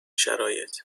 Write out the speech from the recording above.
شرایط